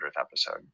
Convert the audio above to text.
episode